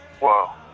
Wow